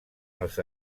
els